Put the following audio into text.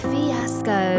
Fiasco